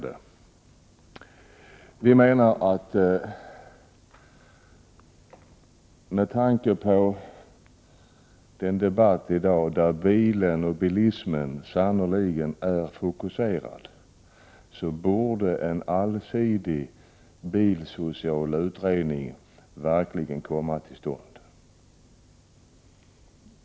Vi moderater menar att med tanke på debatten i dag, där bilen och bilismen sannerligen står i fokus, borde en allsidig bilsocial utredning verkligen komma till stånd.